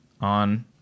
on